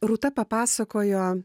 rūta papasakojo